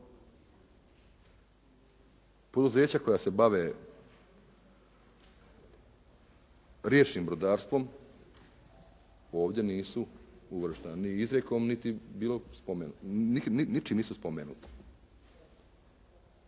Poduzeća koja se bave riječnim brodarstvom ovdje nisu uvrštena ni izrijekom niti bilo spomenom.